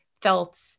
felt